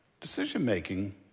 decision-making